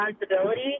responsibility